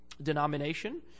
denomination